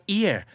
ear